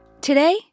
Today